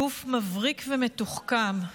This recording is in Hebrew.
גוף מבריק ומתוחכם,